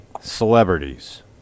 celebrities